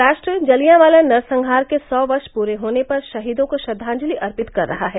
राष्ट्र जलियांवाला नरसंहार के सौ वर्ष पूरे होने पर शहीदों को श्रद्वांजलि अर्पित कर रहा है